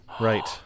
right